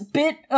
bit